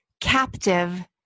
captive